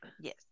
yes